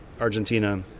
Argentina